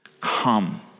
come